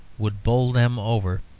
would bowl them over,